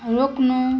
रोक्नु